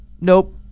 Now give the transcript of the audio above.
nope